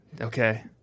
okay